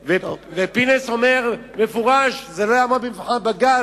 פינס אומר במפורש שזה לא יעמוד במבחן בג"ץ,